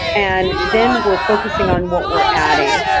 and then we're focusing on what we're adding.